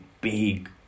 big